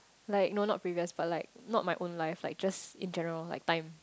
like no not previous but like not my own life like just in general like time